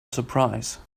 surprise